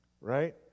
right